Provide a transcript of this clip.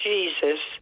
Jesus